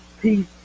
peace